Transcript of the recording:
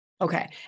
Okay